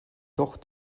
doch